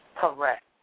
Correct